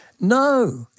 No